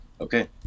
okay